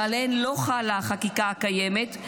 שעליהן לא חלה החקיקה הקיימת,